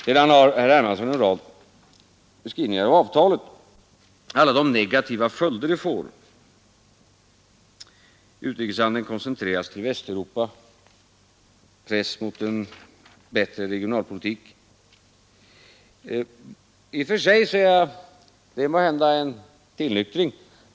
Herr Hermansson ger en rad beskrivningar av alla de negativa följder som avtalet får — utrikeshandeln koncentreras till Västeuropa, press mot en bättre regionalpolitik etc. Det är måhända en tillnyktring.